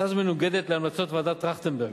הצעה זו מנוגדת להמלצות ועדת-טרכטנברג,